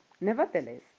Nevertheless